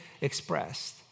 expressed